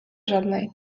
żadnej